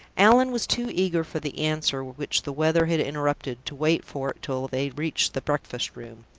allan was too eager for the answer which the weather had interrupted to wait for it till they reached the breakfast-room.